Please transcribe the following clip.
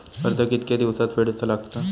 कर्ज कितके दिवसात फेडूचा लागता?